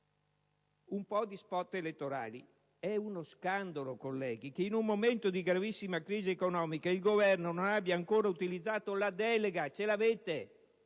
Un po' di spot elettorali! È uno scandalo, colleghi, che in un momento di gravissima crisi economica il Governo non abbia ancora utilizzato la delega - ce l'avete